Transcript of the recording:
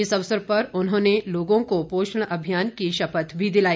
इस अवसर पर उन्होंने लोगों को पोषण अभियान की शपथ भी दिलाई